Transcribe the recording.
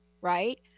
right